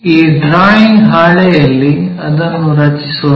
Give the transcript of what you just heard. ಈ ಡ್ರಾಯಿಂಗ್ ಹಾಳೆಯಲ್ಲಿ ಅದನ್ನು ರಚಿಸೋಣ